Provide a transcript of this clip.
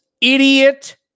idiot